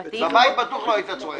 בבית בטוח לא היית צועק כך.